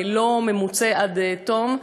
לא ממוצה עד תום,